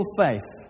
faith